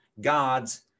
gods